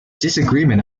disagreement